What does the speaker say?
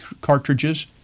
cartridges